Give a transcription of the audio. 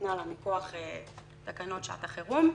שניתנה לה מכוח תקנות שעת החירום,